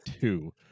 two